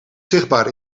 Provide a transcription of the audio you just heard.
zichtbaar